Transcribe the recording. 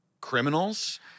criminals